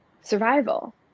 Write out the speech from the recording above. survival